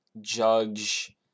judge